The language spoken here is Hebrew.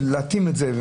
להתאים את זה.